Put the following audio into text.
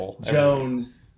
Jones